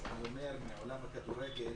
אז הוא אומר מעולם הכדורגל: